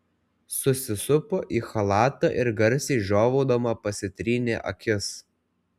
susisupo į chalatą ir garsiai žiovaudama pasitrynė akis